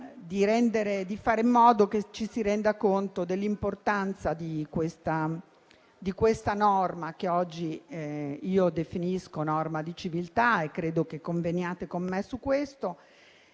di fare in modo che ci si renda conto dell'importanza di questa norma che oggi definisco norma di civiltà (e credo che conveniate con me su questo).